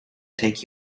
take